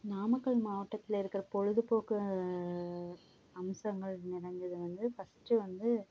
நாமக்கல் மாவட்டத்தில் இருக்க பொழுதுபோக்கு அம்சங்கள் என்னென்னங்கிறது வந்து ஃபஸ்ட்டு வந்து